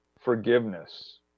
forgiveness